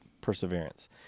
perseverance